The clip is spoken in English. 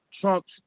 trumps